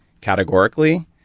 categorically